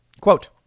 Quote